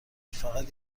فقط